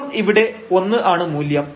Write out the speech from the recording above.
വീണ്ടും ഇവിടെ 1 ആണ് മൂല്യം